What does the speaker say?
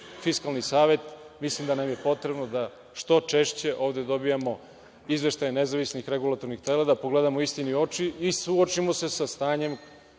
Fiskalni savet. Mislim da nam je potrebno da što češće ovde dobijamo izveštaje nezavisnih regulatornih tela, da pogledamo istini u oči i suočimo se sa stanjem